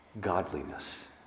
godliness